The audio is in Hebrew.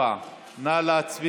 4. נא להצביע.